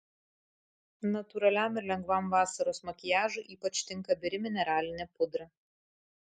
natūraliam ir lengvam vasaros makiažui ypač tinka biri mineralinė pudra